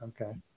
Okay